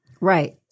Right